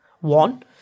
One